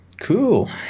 cool